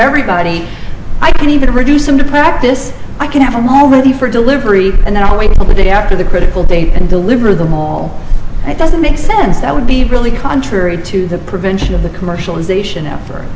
everybody i can even reduce them to practice i can have them already for delivery and then i'll wait a bit after the critical date and deliver them all and it doesn't make sense that would be really contrary to the prevention of the commercialization effort